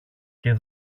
και